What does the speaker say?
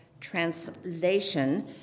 Translation